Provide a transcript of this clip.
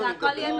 על זה אדוני מדבר.